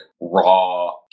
raw